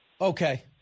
okay